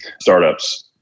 startups